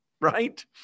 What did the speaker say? right